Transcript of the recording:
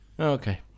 Okay